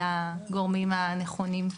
לגורמים הנכונים.